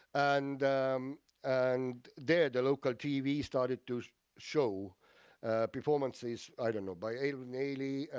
and um and there the local tv started to show performances. i don't know, by alvin ailey,